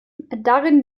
darin